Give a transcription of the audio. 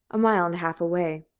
a mile-and-a-half away.